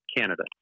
Canada